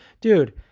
Dude